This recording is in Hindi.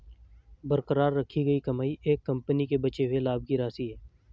बरकरार रखी गई कमाई एक कंपनी के बचे हुए लाभ की राशि है